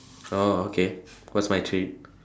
oh okay what's my treat